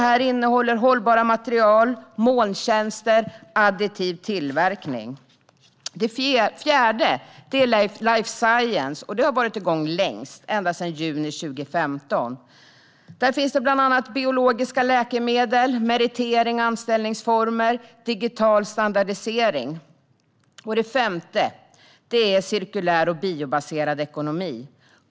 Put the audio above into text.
Här ingår hållbara material, molntjänster och additiv tillverkning. Det fjärde samverkansprogrammet handlar om life science, och det har varit igång längst, ända sedan juni 2015. Här återfinns biologiska läkemedel, meritering och anställningsformer samt digital standardisering. Det femte handlar om cirkulär och biobaserad ekonomi.